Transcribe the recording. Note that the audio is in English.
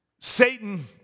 Satan